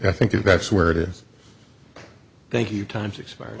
i think if that's where it is thank you time's expired